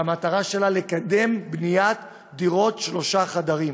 שהמטרה שלה היא לקדם בניית דירות שלושה חדרים.